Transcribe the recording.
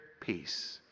peace